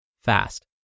fast